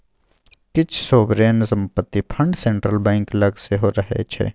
किछ सोवरेन संपत्ति fund central bank लग सेहो रहय छै